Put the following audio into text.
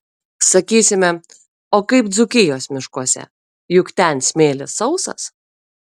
sakysime o kaip dzūkijos miškuose juk ten smėlis sausas